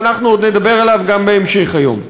ואנחנו עוד נדבר עליו גם בהמשך היום.